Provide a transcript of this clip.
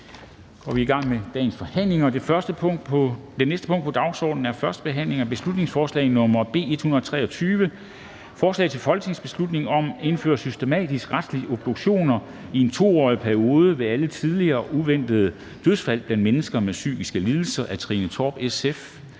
Det er vedtaget. --- Det næste punkt på dagsordenen er: 29) 1. behandling af beslutningsforslag nr. B 123: Forslag til folketingsbeslutning om at indføre systematiske retslige obduktioner i en 2-årig periode ved alle tidlige og uventede dødsfald blandt mennesker med psykiske lidelser. Af Trine Torp (SF)